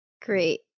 Great